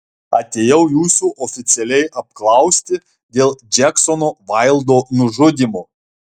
atėjau jūsų oficialiai apklausti dėl džeksono vaildo nužudymo